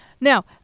Now